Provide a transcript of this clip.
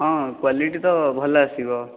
ହଁ କ୍ୱାଲିଟି ତ ଭଲ ଆସିବ